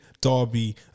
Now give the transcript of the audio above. derby